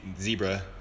Zebra